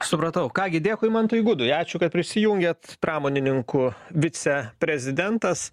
supratau ką gi dėkui mantui gudui ačiū kad prisijungėt pramonininkų viceprezidentas